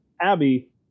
Abby